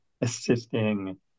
assisting